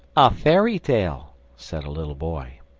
a fairy tale, said a little boy.